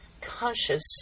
conscious